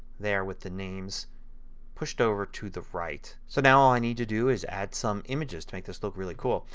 there with the names pushed over to the right. so now all we need to do is add some images to make this look really cool.